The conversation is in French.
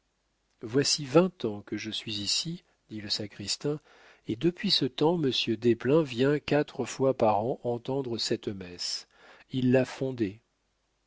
voici vingt ans que je suis ici dit le sacristain et depuis ce temps monsieur desplein vient quatre fois par an entendre cette messe il l'a fondée